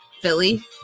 philly